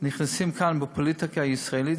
נכנסים כאן לפוליטיקה הישראלית.